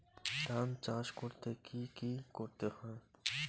ধান চাষ করতে কি কি করতে হয়?